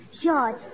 George